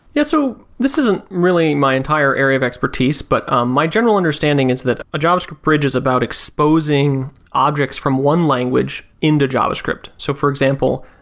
yeah, so this isn't really my entire area of expertise but ah my general understanding is that a java script bridge is about exposing objects from one language into java script. so for example,